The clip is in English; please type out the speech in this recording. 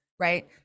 Right